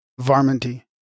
varminty